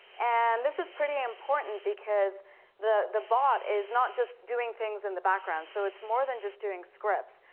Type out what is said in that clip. and this is pretty important because the the bot is not just doing things in the background. so it's more than just doing scripts,